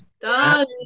Done